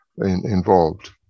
involved